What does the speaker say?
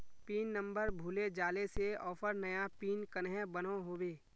Pin number भूले जाले से ऑफर नया पिन कन्हे बनो होबे?